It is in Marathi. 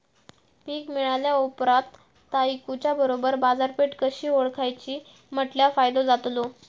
पीक मिळाल्या ऑप्रात ता इकुच्या बरोबर बाजारपेठ कशी ओळखाची म्हटल्या फायदो जातलो?